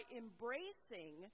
embracing